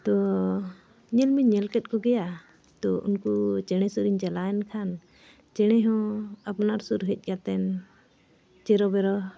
ᱛᱚ ᱧᱮᱞᱢᱟᱹᱧ ᱧᱮᱞ ᱠᱮᱫ ᱠᱚᱜᱮᱭᱟ ᱛᱚ ᱩᱱᱠᱩ ᱪᱮᱬᱮ ᱥᱩᱨᱤᱧ ᱪᱟᱞᱟᱣᱮᱱ ᱠᱷᱟᱱ ᱪᱮᱬᱮ ᱦᱚᱸ ᱟᱯᱱᱟᱨ ᱥᱩᱨ ᱦᱮᱡ ᱠᱟᱛᱮᱱ ᱪᱮᱨᱚ ᱵᱮᱨᱚ